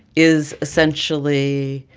is essentially